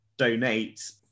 donate